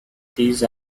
these